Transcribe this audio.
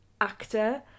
actor